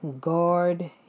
guard